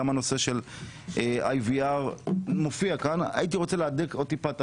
גם הנושא של IVR. הייתי רוצה להדק עוד קצת את